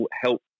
help